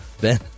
Ben